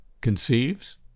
conceives